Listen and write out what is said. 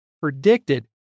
predicted